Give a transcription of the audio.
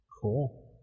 Cool